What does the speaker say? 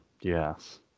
yes